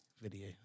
video